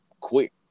quick